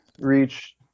reach